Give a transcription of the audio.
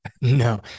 No